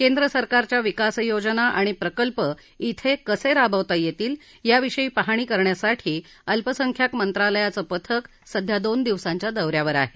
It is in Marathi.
केंद्र सरकारच्या विकास योजना आणि प्रकल्प कें कसे राबवता येतील याविषयी पाहणी करण्यासाठी अल्पसंख्याक मंत्रालयाचं पथक सध्या दोन दिवसांच्या दौ यावर आहे